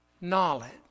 knowledge